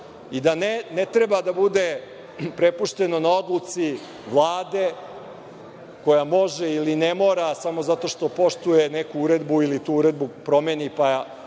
i da ne treba da bude prepušteno na odluci Vlade koja može ili ne mora samo zato što poštuje neku uredbu ili tu uredbu promeni, pa